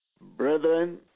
Brethren